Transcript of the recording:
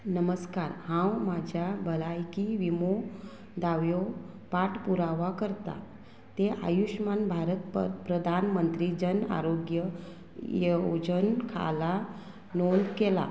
नमस्कार हांव म्हाज्या भलायकी विमो दाव्यो पाठ पुराव करतां तें आयुश्मान भारतप प्रधानमंत्री जन आरोग्य येवजन खाला नोंद केला